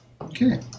Okay